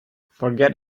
forget